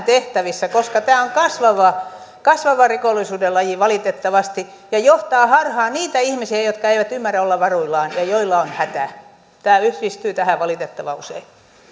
tehtävissä koska tämä on valitettavasti kasvava rikollisuuden laji ja johtaa harhaan niitä ihmisiä jotka eivät ymmärrä olla varuillaan ja ja joilla on hätä tämä yhdistyy tähän valitettavan usein